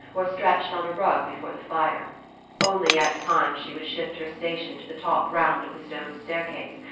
or stretched on a rug before the fire only at times she would shift her station to the top round of the stone staircase,